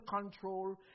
control